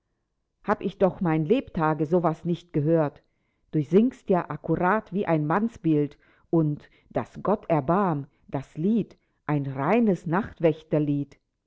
hab ich doch mein lebtage so was nicht gehört du singst ja akkurat wie ein mannsbild und daß gott erbarm das lied ein reines nachtwächterlied